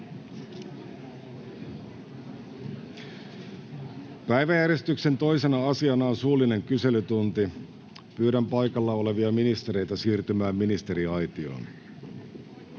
Päiväjärjestyksen 2. asiana on suullinen kyselytunti. Pyydän paikalla olevia ministereitä siirtymään ministeriaitioon.